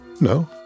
No